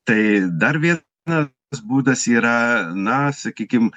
tai dar vienas būdas yra na sakykim